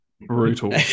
brutal